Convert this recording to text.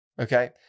Okay